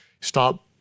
stop